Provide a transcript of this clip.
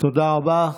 תודה רבה.